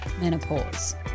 menopause